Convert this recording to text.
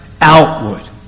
outward